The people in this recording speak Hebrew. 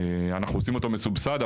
אנחנו עושים אותו מסובסד,